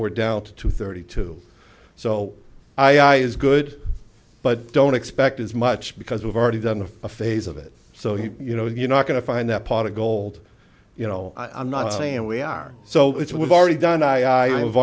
we're down to thirty two so i is good but don't expect as much because we've already done a phase of it so you know you're not going to find that pot of gold you know i'm not saying we are so it's we've already done i have